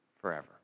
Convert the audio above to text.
forever